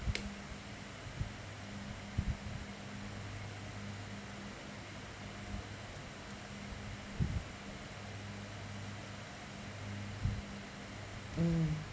mm